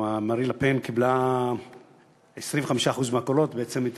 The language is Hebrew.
מרין לה-פן קיבלה 25% מהקולות ובעצם נהייתה